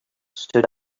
stood